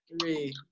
Three